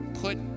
put